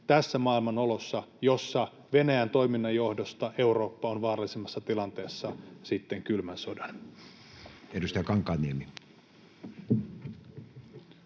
tässä maailmanolossa, jossa Venäjän toiminnan johdosta Eurooppa on vaarallisimmassa tilanteessa sitten kylmän sodan.